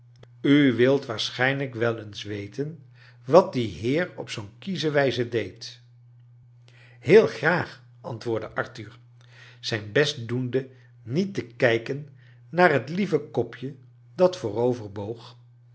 u wilt waarschijnlijk wel eens weten wat die heer op zoo'n kiesche wijze deed heel graag antwoordde arthur zijn best doende niet te kijken naar het lieve kopje dat voorover boog